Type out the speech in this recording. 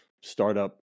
startup